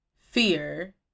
fear